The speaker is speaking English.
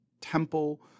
temple